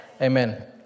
Amen